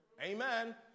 Amen